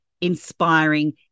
inspiring